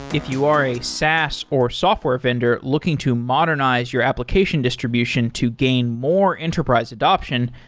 if you are a saas or software vendor looking to modernize your application distribution to gain more enterprise adoption,